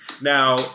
Now